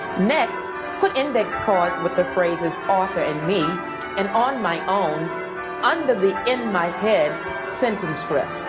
next, put index cards with the phrases author and me and on my own under the in my head sentence strips.